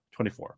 24